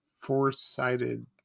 four-sided